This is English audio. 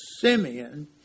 Simeon